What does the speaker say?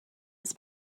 its